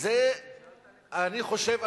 אני חושב,